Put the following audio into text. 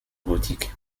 gothiques